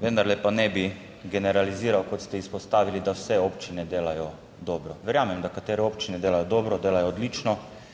vendarle pa ne bi generaliziral, kot ste izpostavili, da vse občine delajo dobro. Verjamem, da katere občine delajo dobro, delajo odlično